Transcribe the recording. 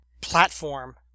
platform